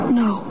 no